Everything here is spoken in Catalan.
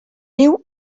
niu